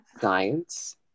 science